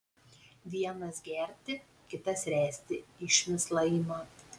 vienas gerti kitas ręsti išmislą ima